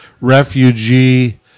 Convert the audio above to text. refugee